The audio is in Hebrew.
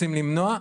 רוצים למנוע,